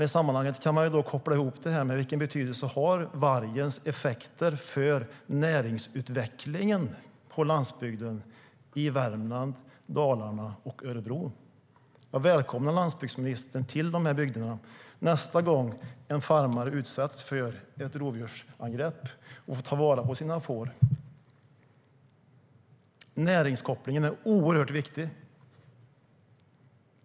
I sammanhanget kan man dock koppla ihop det med vilken betydelse vargens effekter har för näringsutvecklingen på landsbygden i Värmland, Dalarna och Örebro. Jag välkomnar landsbygdsministern till de här bygderna nästa gång en farmare utsätts för ett rovdjursangrepp och får ta vara på sina får. Näringskopplingen är oerhört viktig.